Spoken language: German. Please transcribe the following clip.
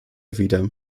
wider